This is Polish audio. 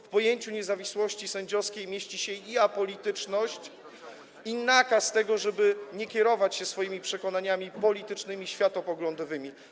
W pojęciu niezawisłości sędziowskiej mieści się i apolityczność, i taki nakaz, żeby nie kierować się swoimi przekonaniami politycznymi, światopoglądowymi.